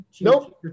nope